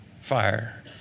fire